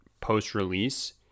post-release